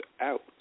out